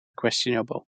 questionable